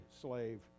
slave